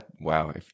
Wow